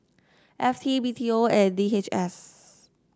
F T B T O and D H S